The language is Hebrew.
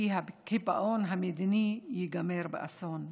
כי הקיפאון המדיני ייגמר באסון.